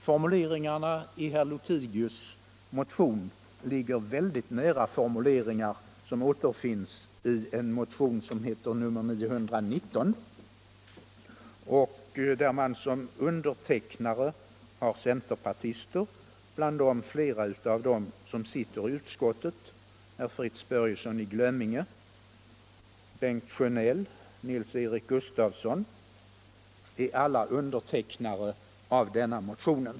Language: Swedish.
Formuleringarna i herr Lothigius motion ligger väldigt nära formuleringar som återfinns i motionen 919 som är undertecknad av centerpartister, bland dem flera som sitter i utskottet — Fritz Börjesson i Glömminge, Bengt Sjönell, Nils-Eric Gustafsson i Byske är alla undertecknare av denna motion.